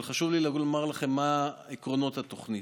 אבל חשוב לי לומר לכם מהם עקרונות התוכנית.